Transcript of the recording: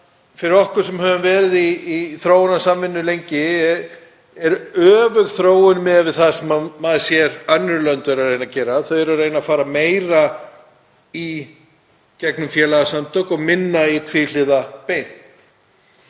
Fyrir okkur sem höfum lengi verið í þróunarsamvinnu er það öfug þróun miðað við það sem maður sér önnur lönd reyna að gera. Þau eru að reyna að fara meira í gegnum félagasamtök og minna í tvíhliða